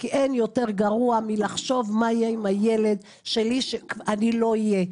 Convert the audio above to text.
כי אין יותר גרוע מלחשוב מה יהיה עם הילד שלי כשאני לא אהיה.